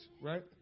right